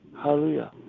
Hallelujah